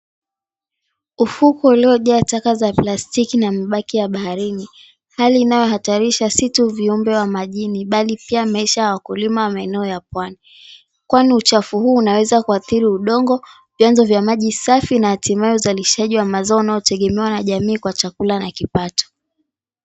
Ufukwe uliojaa taka za plastiki na mabaki ya baharini, hali inayohatarisha si tu viumbe wa majini bali pia maisha ya wakulima wa maeneo ya pwani, kwani uchafu huu unaweza kuathiri udongo, vyanzo vya maji safi na hatimaye uzalishaji wa mazao unaotegemewa na jamii kwa chakula na kipato.